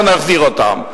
ונחזיר אותם.